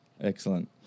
Excellent